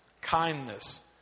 kindness